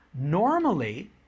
normally